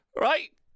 right